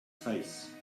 face